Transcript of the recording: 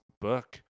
book